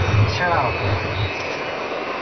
ᱥᱮᱲᱟᱣᱟᱠᱚᱣᱟ